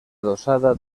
adossada